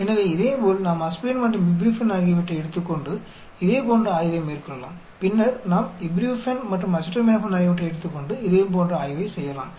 எனவே இதேபோல் நாம் ஆஸ்பிரின் மற்றும் இப்யூபுரூஃபன் ஆகியவற்றை எடுத்துக்கொண்டு இதேபோன்ற ஆய்வை மேற்கொள்ளலாம் பின்னர் நாம் இப்யூபுரூஃபன் மற்றும் அசிடமினோபன் ஆகியவற்றை எடுத்துக்கொண்டு இதேபோன்ற ஆய்வை செய்யலாம்